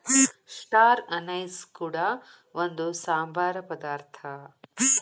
star anise ಕೂಡ ಒಂದು ಸಾಂಬಾರ ಪದಾರ್ಥ